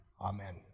Amen